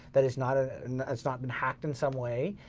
that it's not ah it's not been hacked in some way,